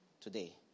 today